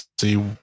see